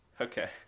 Okay